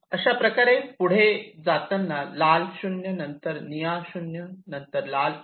अशाप्रकारे पुढे जाताना लाल 0 नंतर निळा 0 त्यानंतर लाल 1